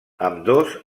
ambdós